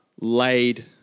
laid